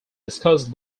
discussed